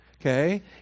okay